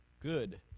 good